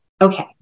Okay